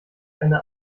eine